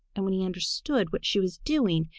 and when he understood what she was doing,